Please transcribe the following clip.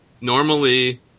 Normally